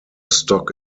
stock